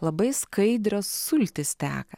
labai skaidrios sultys teka